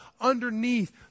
underneath